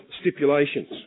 stipulations